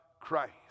Christ